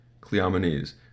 Cleomenes